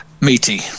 Meaty